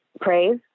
praise